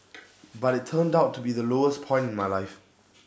but IT turned out to be the lowest point in my life